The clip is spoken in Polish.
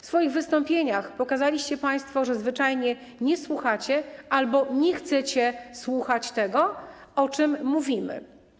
W swoich wystąpieniach pokazaliście państwo, że zwyczajnie nie słuchacie albo nie chcecie słuchać tego, o czym mówimy.